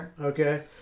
Okay